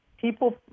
People